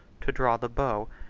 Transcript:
to draw the bow,